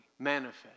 manifest